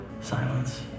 silence